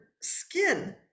skin